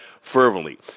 fervently